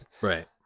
right